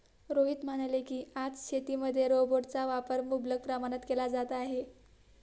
रोहित म्हणाले की, आज शेतीमध्ये रोबोटचा वापर मुबलक प्रमाणात केला जात आहे